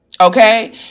Okay